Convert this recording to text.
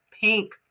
pink